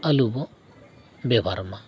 ᱟᱞᱚ ᱵᱚ ᱵᱮᱵᱷᱟᱨ ᱢᱟ